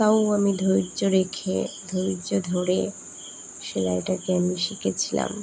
তাও আমি ধৈর্য রেখে ধৈর্য ধরে সেলাইটাকে আমি শিখেছিলাম